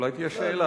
אולי תהיה שאלה,